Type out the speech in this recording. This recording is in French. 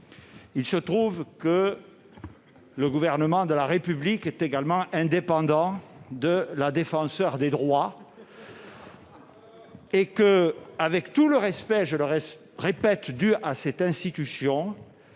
Il se trouve que le Gouvernement de la République est également indépendant de la Défenseure des droits ! Très bien ! Avec tout le respect dû, je le répète, à cette institution,